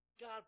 God